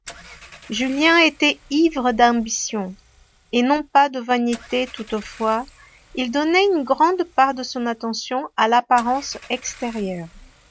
julien était ivre d'ambition et non pas de vanité toutefois il donnait une grande part de son attention à l'apparence extérieure